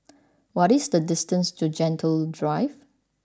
what is the distance to Gentle Drive